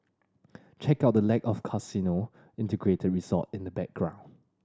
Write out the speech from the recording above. check out the lack of casino integrated resort in the background